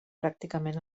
pràcticament